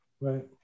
right